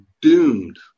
doomed